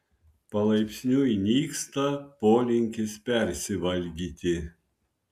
palaipsniui nyksta polinkis persivalgyti